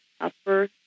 upper